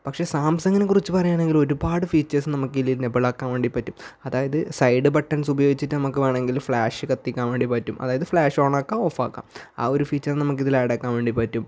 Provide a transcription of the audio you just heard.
പക്ഷേ സാംസങ്ങിനെ കുറിച്ച് പറയുകയാണെങ്കിൽ ഒരുപാട് ഫീച്ചേർസ് നമുക്ക് ഇതിൽ എനേബിളാക്കാൻ പറ്റും അതായത് സൈഡ് ബട്ടൻസ് ഉപയോഗിച്ചിട്ട് നമുക്ക് വേണമെങ്കിൽ ഫ്ലാഷ് കത്തിക്കാൻ വേണ്ടി പറ്റും അതായത് ഫ്ലാഷ് ഓൺ ആക്കാം ഓഫാക്കാം ആ ഒരു ഫീച്ചർ നമുക്ക് ഇതിൽ ആഡ് ആക്കാൻ വേണ്ടി പറ്റും